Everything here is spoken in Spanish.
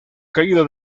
caída